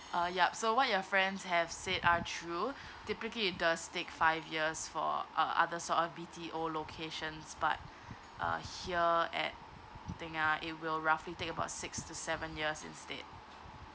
uh yup so what your friends have said are true typically the stick five years for uh other sort of B_T_O locations but uh here at tengah it will roughly take about six to seven years instead